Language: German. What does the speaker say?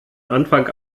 anfang